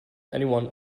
anyone